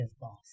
boss